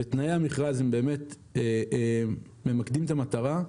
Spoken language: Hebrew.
ותנאי המכרז ממקדים את המטרה,